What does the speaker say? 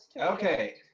Okay